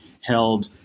held